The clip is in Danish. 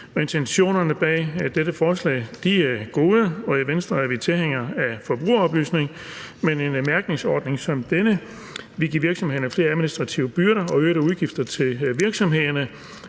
Intentionerne bag dette forslag er gode, og i Venstre er vi tilhængere af forbrugeroplysning. Men en mærkningsordning som denne vil give virksomhederne flere administrative byrder og øgede udgifter til virksomhederne,